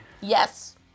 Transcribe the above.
Yes